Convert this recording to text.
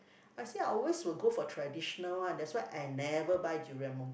I say I always will go for traditional one that's why I never buy durian mooncake